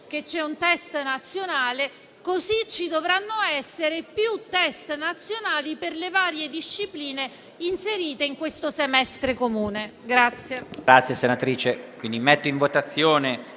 oggi c'è un test nazionale, allo stesso modo ci dovranno essere più test nazionali per le varie discipline inserite nel semestre comune.